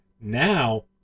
now